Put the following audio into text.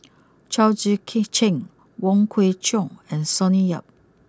Chao Tzee Cheng Wong Kwei Cheong and Sonny Yap